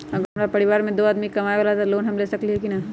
अगर हमरा परिवार में दो आदमी कमाये वाला है त हम लोन ले सकेली की न?